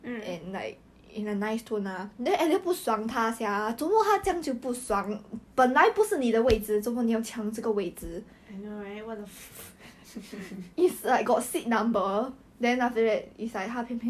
johnson is just like normal but like when text girls it's just awkward then he was in the same S_C_I C_A two group as venus then venus show me her chat he also talk very very awkwardly